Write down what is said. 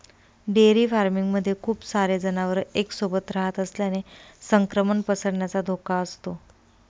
dairy farming मध्ये खूप सारे जनावर एक सोबत रहात असल्याने संक्रमण पसरण्याचा धोका असतो